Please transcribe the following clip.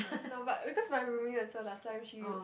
no but because my roomie also last time she